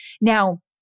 Now